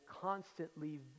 constantly